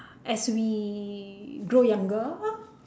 as we grow younger